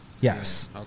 Yes